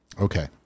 Okay